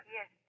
Yes